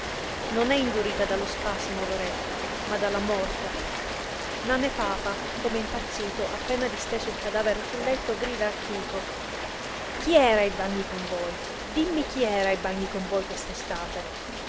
non è indurita dallo spasimo loretta ma dalla morte nane papa come impazzito appena disteso il cadavere sul letto grida a chico chi era ai bagni con voi dimmi chi era ai bagni con voi